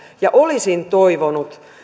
ja olisin toivonut